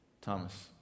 Thomas